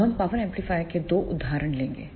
अब हम power amplifier के दो उदाहरण लेंगे